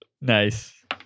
Nice